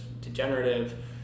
degenerative